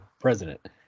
president